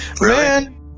Man